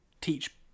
teach